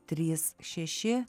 trys šeši